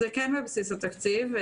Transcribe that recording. זה כן בבסיס התקציב.